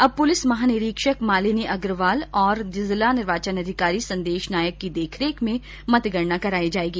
अबै पूळिस महानिरीक्षक मालिनी अग्रवाल अर जिला निर्वाचन अधिकारी संदेश नायक री देखरेख मांय मतगणना कराई जावैला